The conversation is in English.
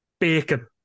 Bacon